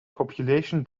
population